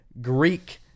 Greek